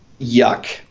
Yuck